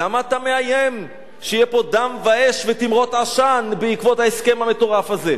למה אתה מאיים שיהיה פה דם ואש ותימרות עשן בעקבות ההסכם המטורף הזה?